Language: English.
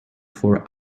for